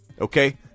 Okay